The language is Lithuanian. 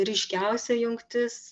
ryškiausia jungtis